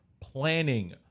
planning